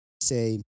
say